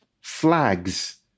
flags